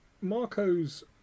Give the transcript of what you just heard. Marco's